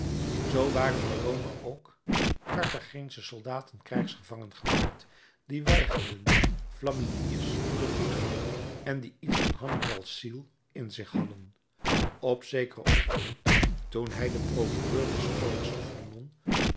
zoo waren te rome ook carthageensche soldaten krijgsgevangen gemaakt die weigerden flaminius te groeten en die iets van hannibal's ziel in zich hadden op zekeren ochtend toen hij den procureur des konings te vernon